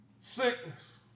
sickness